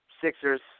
Sixers